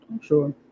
Sure